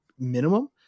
minimum